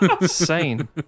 Insane